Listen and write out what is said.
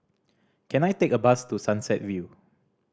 can I take a bus to Sunset View